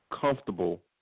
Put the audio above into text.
comfortable